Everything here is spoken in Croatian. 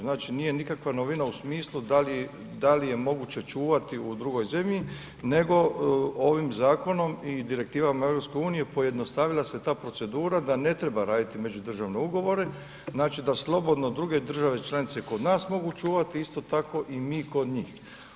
Znači nije nikakva novina u smislu da li je moguće čuvati u drugoj zemlji nego ovim zakonom i direktivama EU pojednostavila se ta procedura da ne treba raditi međudržavne ugovore, znači da slobodno druge države članice kod nas mogu čuvati, isto tako i mi kod njih.